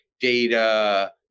data